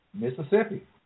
Mississippi